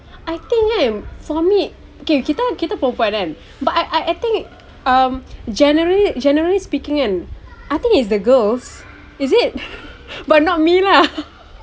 I think kan for me okay kita kita perempuan kan but I I think um generally generally speaking kan I think it's the girls is it but not me lah